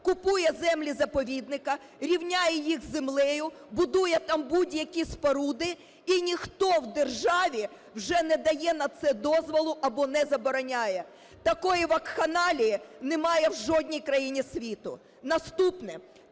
купує землі заповідника, рівняє їх з землею, будує там будь-які споруди, і ніхто в державі вже не дає на це дозволу або не забороняє. Такої вакханалії немає в жодній країні світу. Наступне.